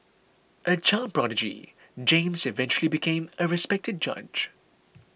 a child prodigy James eventually became a respected judge